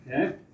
Okay